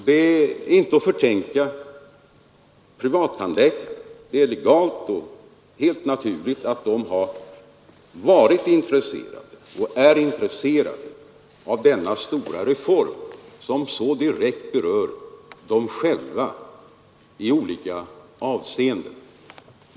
Det är inte att förtänka privattandläkarna — det är legalt och helt naturligt — att de har varit intresserade och är intresserade av denna stora reform, som så direkt berör dem själva i olika avseenden.